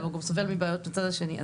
אבל הוא גם סובל מבעיות מהצד השני.